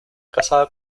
casado